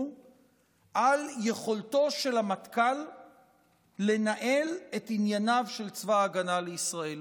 על יכולתו של המטכ"ל לנהל את ענייניו של צבא ההגנה לישראל.